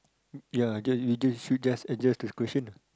ya I guess you just should just adjust the question ah